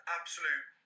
absolute